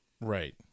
Right